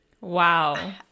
Wow